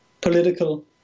political